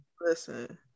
listen